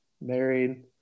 married